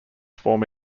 form